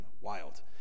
wild